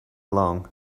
along